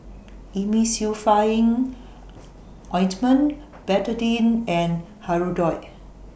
Emulsying Ointment Betadine and Hirudoid